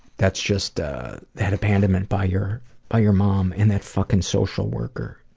that's just that abandonment by your by your mom and that fuckin' social worker.